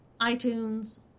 iTunes